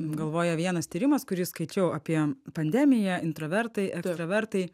galvoje vienas tyrimas kurį skaičiau apie pandemiją intravertai ekstravertai